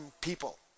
people